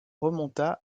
remonta